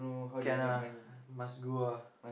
can ah must go ah